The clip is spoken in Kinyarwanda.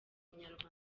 nyarwanda